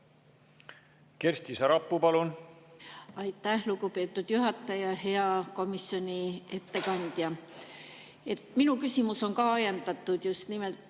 Kersti Sarapuu, palun! Aitäh, lugupeetud juhataja! Hea komisjoni ettekandja! Minu küsimus on ajendatud just nimelt